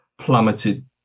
plummeted